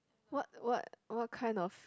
what what what kind of